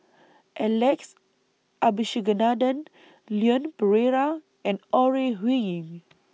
Alex Abisheganaden Leon Perera and Ore Huiying